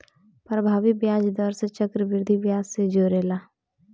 प्रभावी ब्याज दर के चक्रविधि ब्याज से जोराला